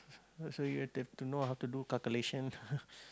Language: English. so so you have to to know how to calculation